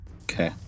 Okay